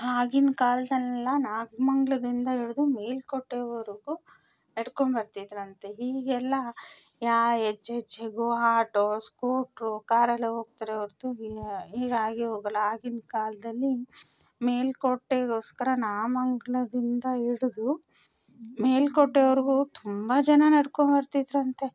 ಆಗಿನ ಕಾಲ್ದಲ್ಲಿ ಎಲ್ಲ ನಾಗಮಂಗ್ಲದಿಂದ ಹಿಡ್ದು ಮೇಲ್ಕೋಟೆವರೆಗೂ ನಡ್ಕೊಂಡು ಬರ್ತಿದ್ದರಂತೆ ಈಗೆಲ್ಲ ಯಾ ಹೆಜ್ಜೆಜ್ಜೆಗೂ ಹಾಟೋ ಸ್ಕೂಟ್ರು ಕಾರಲ್ಲೇ ಹೋಗ್ತಾರೆ ಹೊರ್ತು ಯಾ ಈಗ ಹಾಗೇ ಹೋಗಲ್ಲ ಆಗಿನ ಕಾಲದಲ್ಲಿ ಮೇಲುಕೋಟೆಗೋಸ್ಕರ ನಾಗಮಂಗ್ಲದಿಂದ ಹಿಡ್ದು ಮೇಲ್ಕೋಟೆವರ್ಗೂ ತುಂಬ ಜನ ನಡ್ಕೊಂಡು ಬರ್ತಿದ್ದರಂತೆ